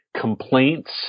complaints